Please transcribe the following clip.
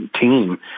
team